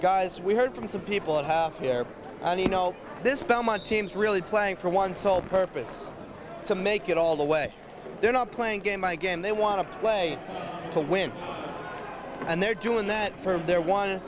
guys we heard from some people have here and you know this belmont teams really playing for one sole purpose to make it all the way they're not playing a game by game they want to play to win and they're doing that for their one